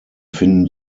finden